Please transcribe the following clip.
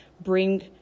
bring